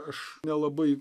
aš nelabai